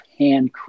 handcrafted